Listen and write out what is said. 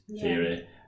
theory